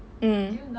mm